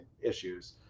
issues